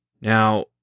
now